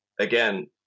again